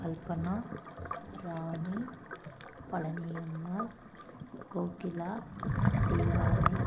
Kalpana Rani Palaniammal Gokila Deivanai